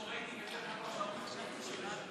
לסעיף 1 לא נתקבלה.